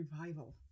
revival